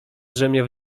drzemie